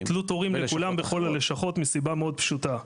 בוטלו תורים לכולם בכל הלשכות מסיבה מאוד פשוטה.